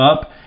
up